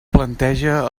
planteja